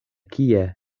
kie